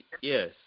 yes